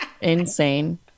Insane